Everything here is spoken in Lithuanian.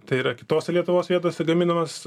tai yra kitose lietuvos vietose gaminamas